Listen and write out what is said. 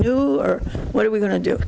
new or what are we going to do